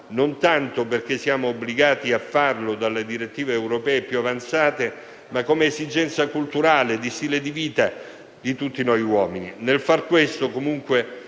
non tanto perché siamo obbligati a farlo dalle direttive europee più avanzate, ma come esigenza culturale e di stile di vita di tutti noi uomini. Nel far questo, comunque,